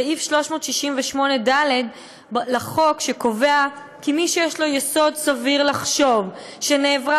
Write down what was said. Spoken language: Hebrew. סעיף 368ד לחוק קובע כי מי שיש לו יסוד סביר לחשוב שנעברה